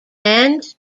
end